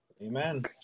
amen